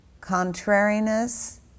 contrariness